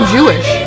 Jewish